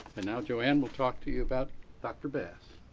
and now joann will talk to you about dr. bass.